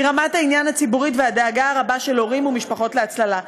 רמת העניין הציבורי והדאגה הרבה של הורים ומשפחות להצללה.